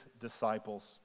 disciples